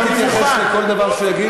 תתייחס לכל דבר שהוא יגיד,